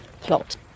plot